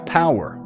power